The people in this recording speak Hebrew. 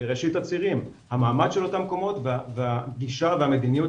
בראשית הצירים - המעמד של אותם המקומות והגישה והמדיניות